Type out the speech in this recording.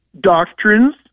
doctrines